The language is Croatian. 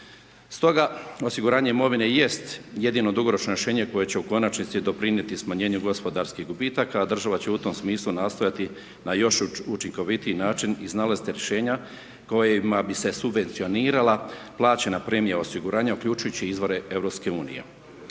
Stoga osiguranje imovine jest jedino dugoročno rješenje koje će u konačnici doprinijeti smanjenu gospodarskih gubitaka, a država će u tom smislu nastojati na još učinkovitiji način iznalaziti rješenja kojima bi se subvencionirala plaćena premija osiguranja, uključujući izvore EU.